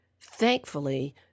thankfully